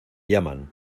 llaman